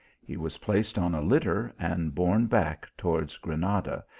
he was placed on a litter, and borne back towards granada,